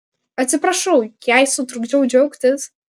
atsiprašau jei sutrukdžiau džiaugtis